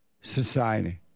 society